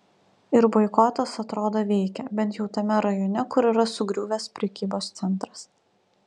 ir boikotas atrodo veikia bent jau tame rajone kur yra sugriuvęs prekybos centras